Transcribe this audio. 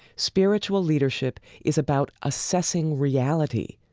spiritual leadership is about assessing reality,